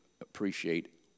appreciate